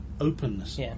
openness